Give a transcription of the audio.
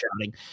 shouting